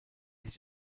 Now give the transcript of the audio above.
sich